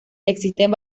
existen